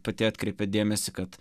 pati atkreipėt dėmesį kad